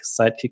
Sidekick